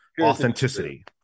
authenticity